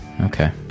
Okay